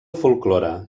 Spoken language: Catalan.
folklore